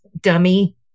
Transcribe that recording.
dummy